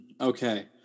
Okay